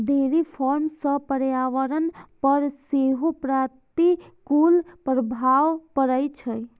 dairy farm सं पर्यावरण पर सेहो प्रतिकूल प्रभाव पड़ै छै